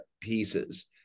pieces